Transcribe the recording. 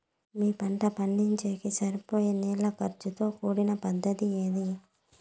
మీ పంట పండించేకి సరిపోయే నీళ్ల ఖర్చు తో కూడిన పద్ధతి ఏది?